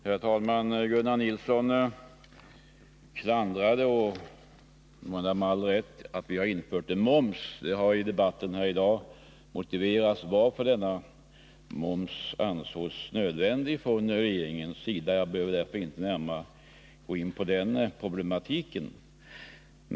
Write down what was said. Herr talman! Gunnar Nilsson klagade över att vi har infört en moms. Det hari debatten här i dag motiverats varför denna moms ansågs nödvändig från regeringens sida. Jag behöver därför inte närmare gå in på den problematiken.